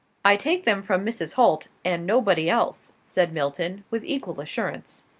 i take them from mrs. holt, and nobody else, said milton, with equal assurance.